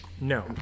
No